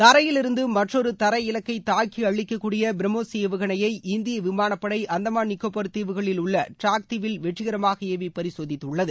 தரையிலிருந்து மற்றொரு தரை இலக்கை தாக்கி அழிக்கக்கூடிய பிரம்மோஸ் ஏவுகணயை இந்திய விமானப்படை அந்தமான் நிக்கோபர் தீவுகளில் உள்ள டிராக் தீவில் வெற்றிகரமாக ஏவி பரிசோதித்துள்ளது